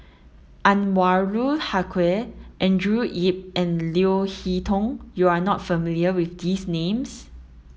Anwarul Haque Andrew Yip and Leo Hee Tong you are not familiar with these names